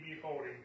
beholding